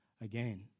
Again